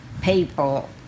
people